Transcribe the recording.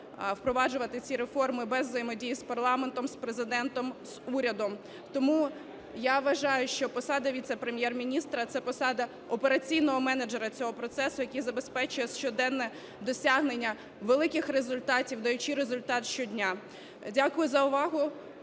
впроваджувати ці реформи без взаємодії з парламентом, з Президентом, з урядом. Тому я вважаю, що посада віце-прем'єр-міністра - це посада операційного менеджера цього процесу, який забезпечує щоденне досягнення великих результатів, даючи результат щодня. Дякую за увагу.